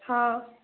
ହଁ